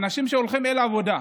לאנשים שהולכים לעבודה.